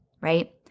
right